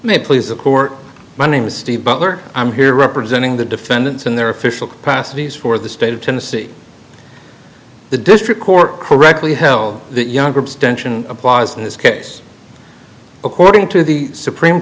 may please the court my name is steve butler i'm here representing the defendants in their official capacities for the state of tennessee the district court correctly held that young groups tension applause in this case according to the supreme